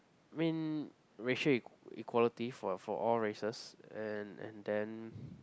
I mean racial equality for for all races and and then